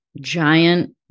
giant